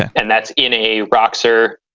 and that's in a roxer,